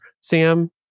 Sam